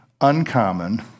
uncommon